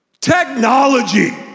Technology